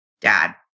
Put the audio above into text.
dad